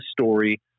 story